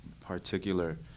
particular